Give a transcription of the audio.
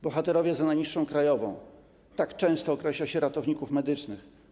Bohaterowie za najniższą krajową - tak często określa się ratowników medycznych.